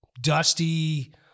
dusty